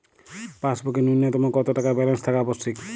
পাসবুকে ন্যুনতম কত টাকা ব্যালেন্স থাকা আবশ্যিক?